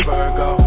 Virgo